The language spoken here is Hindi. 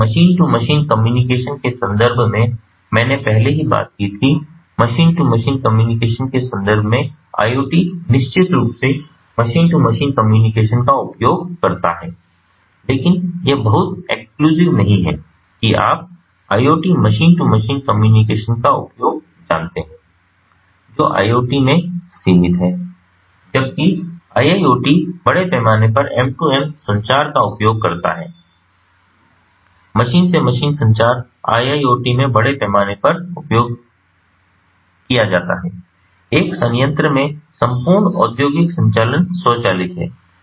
और मशीन टू मशीन कम्युनिकेशन के संदर्भ में मैंने पहले ही बात की थी मशीन टू मशीन कम्युनिकेशन के संदर्भ में IoT निश्चित रूप से मशीन टू मशीन कम्युनिकेशन का उपयोग करता है लेकिन यह बहुत एक्सक्लूसिव नहीं है कि आप IoT machine to machine communication का उपयोग जानते हैं जो IoT में सीमित है जबकि IIoT बड़े पैमाने पर M 2 M संचार का उपयोग करता है मशीन से मशीन संचार IIoT में बड़े पैमाने पर उपयोग किया जाता है एक संयंत्र में संपूर्ण औद्योगिक संचालन स्वचालित है